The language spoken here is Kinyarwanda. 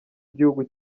igihugu